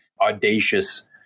audacious